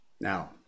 Now